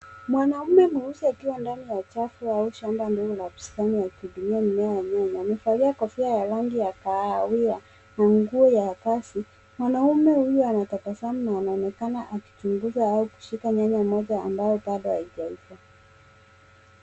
Mwanaume mweusi akiwa ndani ya chafu au shamba ndogo la bustani akihudumia mimea ya nyanya , amevalia kofia ya rangi ya kahawia na nguo ya kazi . Mwanaume huyu anatabasamu na anaonekana akichunguza au kushika nyanya moja ambayo bado haijaiva.